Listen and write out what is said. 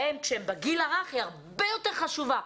בהם כשהם בגיל הרך היא הרבה יותר חשובה,